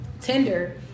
Tinder